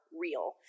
Real